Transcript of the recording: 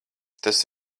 tas